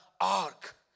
ark